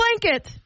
blanket